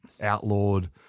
outlawed